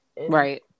Right